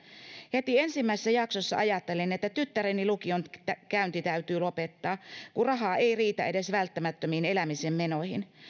heti ensimmäisessä jaksossa ajattelin että tyttäreni lukion käynti täytyy lopettaa kun raha ei riitä edes välttämättömiin elämisen menoihin